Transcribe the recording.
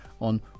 on